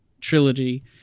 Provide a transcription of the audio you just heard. trilogy